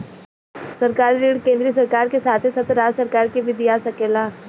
सरकारी ऋण केंद्रीय सरकार के साथे साथे राज्य सरकार के भी दिया सकेला